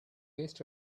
waste